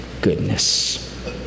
goodness